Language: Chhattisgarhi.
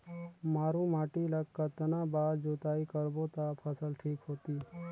मारू माटी ला कतना बार जुताई करबो ता फसल ठीक होती?